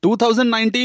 2019